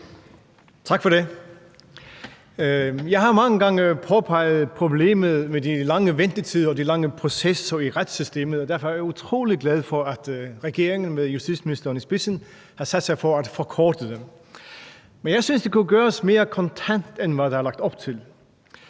Tak for det. Jeg har mange gange påpeget problemet med de lange ventetider og de lange processer i retssystemet, og derfor er jeg utrolig glad for, at regeringen med justitsministeren i spidsen har sat sig for at forkorte dem. Men jeg synes, det kunne gøres mere kontant, end hvad der er lagt op til.